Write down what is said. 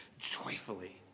joyfully